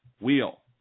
wheel